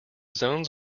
zones